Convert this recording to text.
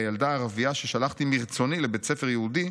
הילדה הערבייה ששלחתי מרצוני לבית ספר יהודי,